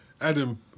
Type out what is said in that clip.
Adam